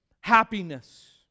happiness